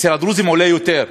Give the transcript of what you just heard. אצל הדרוזים עולה יותר,